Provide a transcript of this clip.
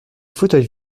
fauteuils